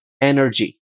energy